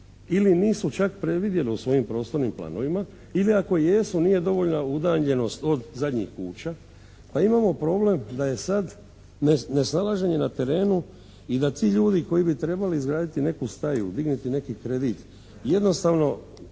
ili nisu čak predvidjele u svojim prostornim planovima, ili ako jesu nije dovoljna udaljenost od zadnjih kuća pa imamo problem da je sad nesnalaženje na terenu i da ti ljudi koji bi trebali izgraditi neku staju, dignuti neki kredit jednostavno